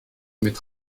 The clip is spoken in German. mit